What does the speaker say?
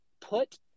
put